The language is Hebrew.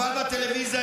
בית טרור, בית טרור.